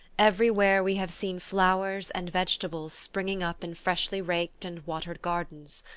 everywhere we have seen flowers and vegetables springing up in freshly raked and watered gardens.